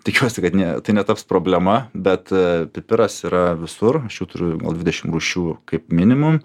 tikiuosi kad ne tai netaps problema bet pipiras yra visur aš jau turiu gal dvidešim rūšių kaip minimum